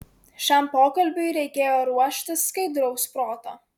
šiam pokalbiui reikėjo ruoštis skaidraus proto